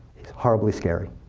horribly scary.